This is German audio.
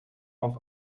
auf